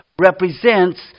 represents